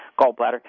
gallbladder